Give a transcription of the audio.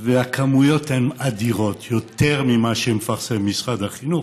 והכמויות הן אדירות, יותר ממה שמפרסם משרד החינוך.